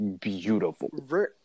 beautiful